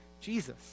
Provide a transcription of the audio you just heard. Jesus